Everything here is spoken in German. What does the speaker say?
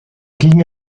ging